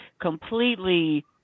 completely